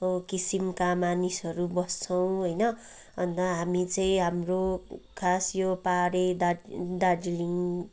किसिमका मानिसहरू बस्छौँ होइन अन्त हामी चाहिँ हाम्रो खास यो पाहाडे दा दार्जिलिङ